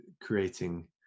creating